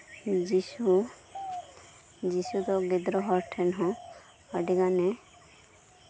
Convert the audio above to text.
ᱡᱤᱥᱩ ᱡᱤᱥᱩ ᱫᱚ ᱜᱤᱫᱽᱨᱟᱹ ᱦᱚᱲ ᱴᱷᱮᱱ ᱦᱚᱸ ᱟᱹᱰᱤ ᱜᱟᱱᱮ